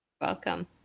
Welcome